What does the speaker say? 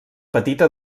petita